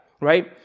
right